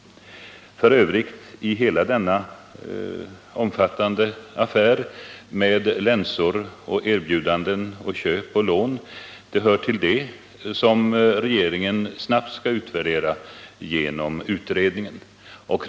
Hela denna omfattande affär med erbjudanden, köp och lån av länsor hör f. ö. till det som regeringen snabbt skall utvärdera genom den utredning som nämnts.